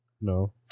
No